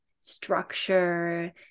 structure